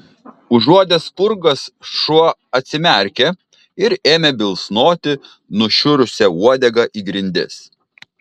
užuodęs spurgas šuo atsimerkė ir ėmė bilsnoti nušiurusia uodega į grindis